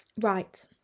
Right